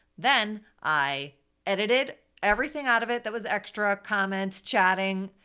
then i edited everything out of it that was extra, comments, chatting,